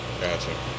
Gotcha